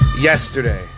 yesterday